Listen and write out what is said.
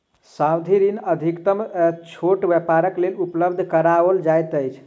सावधि ऋण अधिकतम छोट व्यापारक लेल उपलब्ध कराओल जाइत अछि